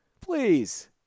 Please